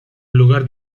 lugar